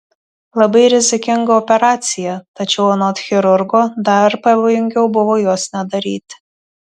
labai rizikinga operacija tačiau anot chirurgo dar pavojingiau buvo jos nedaryti